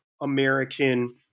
American